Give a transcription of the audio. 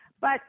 but-